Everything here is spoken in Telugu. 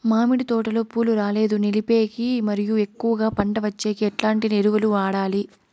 మామిడి తోటలో పూలు రాలేదు నిలిపేకి మరియు ఎక్కువగా పంట వచ్చేకి ఎట్లాంటి ఎరువులు వాడాలి?